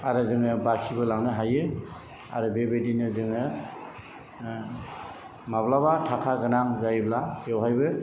आरो जोङो बाखिबो लानो हायो आरो बेबायदिनो जोङो माब्लाबा थाखा गोनां जायोब्ला बेवहायबो